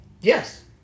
Yes